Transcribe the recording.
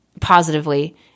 positively